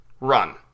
run